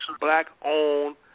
black-owned